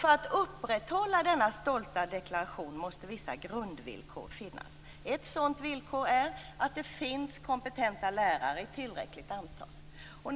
För att upprätthålla denna stolta deklaration måste det finnas vissa grundvillkor. Ett sådant villkor är att det finns kompetenta lärare i tillräckligt antal.